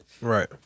Right